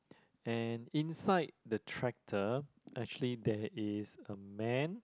and inside the tractor actually there is a man